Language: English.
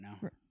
right